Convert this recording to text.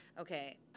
Okay